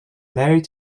married